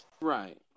Right